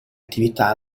attività